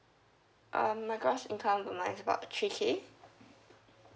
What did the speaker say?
um my gross income per month is about three K